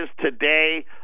today